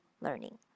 learning